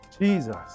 Jesus